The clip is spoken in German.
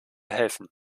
helfen